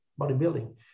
bodybuilding